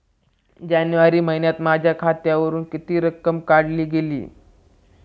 जानेवारी महिन्यात माझ्या खात्यावरुन किती रक्कम काढली गेली?